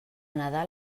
nadal